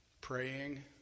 praying